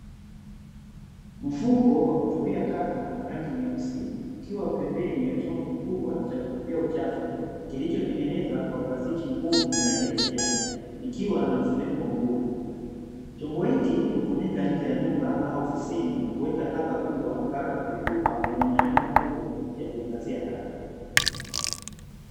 Mfuko wa kutupia taka wa rangi nyeusi ukiwa pembeni ya chombo kikubwa cha kutupia uchafu, kilichotengeneza kwa plastiki ngumu ya rangi ya kijani ikiwa na mfuniko mgumu, chombo hiki hutumika nje ya nyumba au ofisini kuweka taka kubwa kabla ya kuvitupa kwenye maeneo makubwa ya kuhifadhia taka.